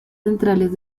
centrales